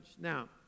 Now